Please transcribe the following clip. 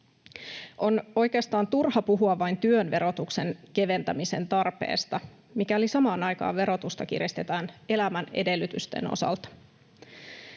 On oikeastaan turha puhua vain työn verotuksen keventämisen tarpeesta, mikäli samaan aikaan verotusta kiristetään elämän edellytysten osalta.